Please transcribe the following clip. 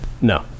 No